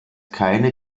keine